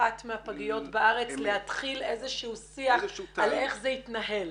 אחת מהפגיות בארץ להתחיל איזשהו שיח על איך זה יתנהל.